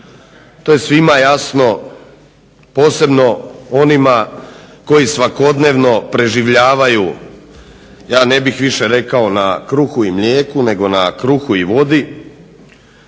to je svima jasno posebno onima koji svakodnevno preživljavaju ja više ne bih rekao na kruhu i mlijeku, nego na kruhu i vodi,